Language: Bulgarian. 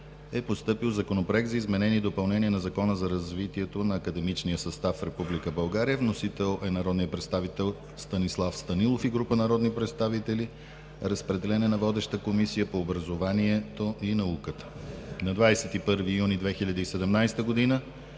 е постъпил Законопроект за изменение и допълнение на Закона за развитието на академичния състав в Република България. Вносители са народният представител Станислав Станилов и група народни представители. Разпределен е на водещата Комисия по образованието и науката. На 21 юни 2017 г.